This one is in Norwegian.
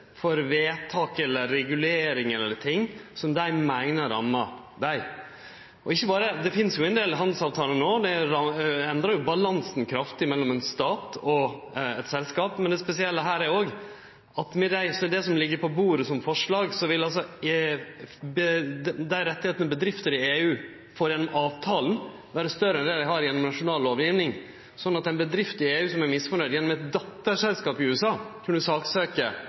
for vedtak, reguleringar og andre ting som dei meiner rammar dei. Det finst jo allereie i dag ein del handelsavtalar. Det endrar balansen kraftig mellom ein stat og eit selskap, men det spesielle her er at med det som ligg på bordet som forslag, vil dei rettane som bedrifter i EU får gjennom avtalen, vere større ein dei rettane dei har gjennom nasjonal lovgjeving. Ei bedrift i EU som er misnøgd, skal altså gjennom eit dotterselskap i USA kunne